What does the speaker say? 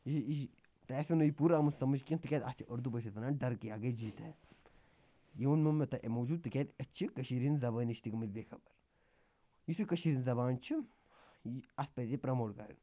یہِ یہِ تۄہہِ آسیو نہٕ یہِ پوٗرٕ آمُت سَمٕجھ کینٛہہ تِکیٛاز اَتھ چھِ اُردوٗ پٲٹھۍ وَنان ڈر کے آگے جیٖت ہے یہِ ووٚنمو مےٚ تۄہہِ اَمہِ موٗجوٗب تِکیٛازِ أسۍ چھِ کٔشیٖرِ ہِنٛز زبانہِ نِش تہِ گٔمٕتۍ بے خبر یُس یہِ کٔشیٖرِ زبان چھِ یہِ اَتھ پَزِ یہِ پرٛموٹ کَرٕنۍ